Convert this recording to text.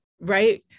right